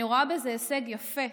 אני רואה בזה הישג יפה,